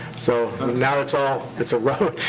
so now it's all. it's a road.